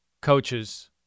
coaches